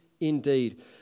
indeed